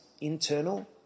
internal